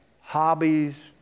hobbies